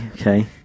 okay